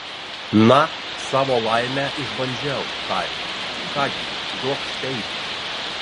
na savo laimę išbandžiau tarė ką gi duokš peilį